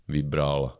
vybral